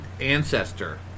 ancestor